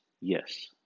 Yes